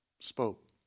spoke